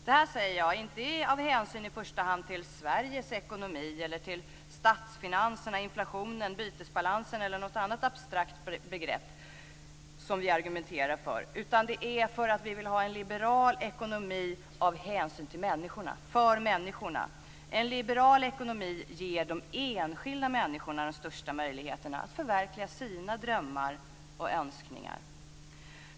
Det här säger jag inte i första hand av hänsyn till Sveriges ekonomi eller till statsfinanserna, inflationen, bytesbalansen eller något annat abstrakt begrepp som vi argumenterar för, utan för att vi i Folkpartiet vill ha en liberal ekonomi av hänsyn till människorna, för människorna. En liberal ekonomi ger de enskilda människorna de största möjligheterna att förverkliga sina drömmar och önskningar.